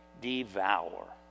devour